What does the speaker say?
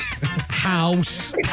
house